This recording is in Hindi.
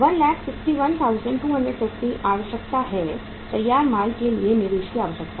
161250 आवश्यकता है तैयार माल के लिए निवेश की आवश्यकता